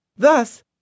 Thus